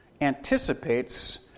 anticipates